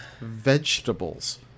vegetables